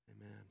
Amen